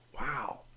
Wow